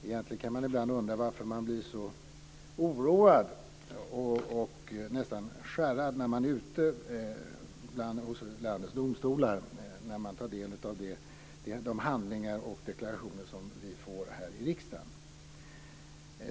Egentligen kan man ibland undra varför man blir så oroad och nästan skärrad när man är ute bland landets domstolar när man tar del av de handlingar och deklarationer som vi får här i riksdagen.